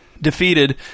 Defeated